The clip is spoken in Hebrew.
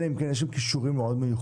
אלא אם כן יש להם כישורים מאוד מיוחדים,